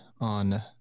on